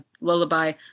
Lullaby